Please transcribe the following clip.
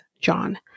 John